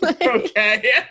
Okay